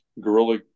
guerrilla